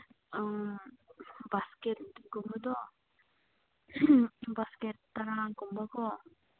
ꯕꯥꯁꯀꯦꯠꯀꯨꯝꯕꯗꯣ basket ꯇꯔꯥꯒꯨꯝꯕꯀꯣ